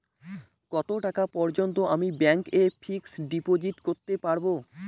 কত টাকা পর্যন্ত আমি ব্যাংক এ ফিক্সড ডিপোজিট করতে পারবো?